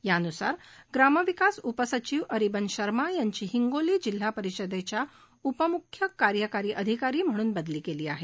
यानुसार ग्रामविकास उपसचिव अरिबम शर्मा यांची हिंगोली जिल्हा परिषदेच्या उप मुख्य कार्यकारी अधिकारी म्हणून बदली केली आहे